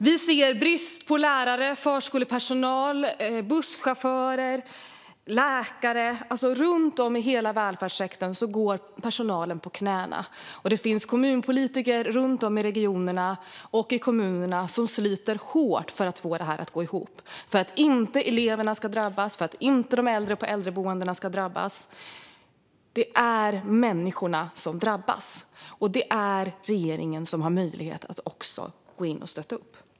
Vi ser brist på lärare, förskolepersonal, busschaufförer, läkare och så vidare. Runt om i hela välfärdssektorn går personalen på knäna. Det finns kommunpolitiker runt om i regionerna och i kommunerna som sliter hårt för att få detta att gå ihop, för att eleverna inte ska drabbas och för att de äldre på äldreboendena inte ska drabbas. Det är människorna som drabbas, och det är regeringen som har möjlighet att gå in och stötta upp.